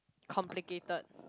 complicated